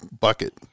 bucket